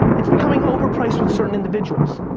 it's becoming overpriced with certain individuals.